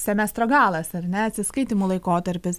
semestro galas ar ne atsiskaitymų laikotarpis